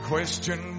question